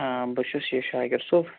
آ بہٕ چھُس یہِ شاکِر صٲب